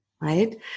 right